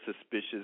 suspicious